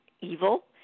evil